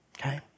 Okay